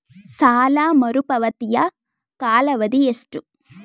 ಸಾಲ ಮರುಪಾವತಿಯ ಕಾಲಾವಧಿ ಎಷ್ಟು?